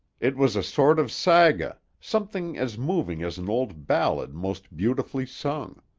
it was a sort of saga, something as moving as an old ballad most beautifully sung.